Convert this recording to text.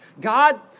God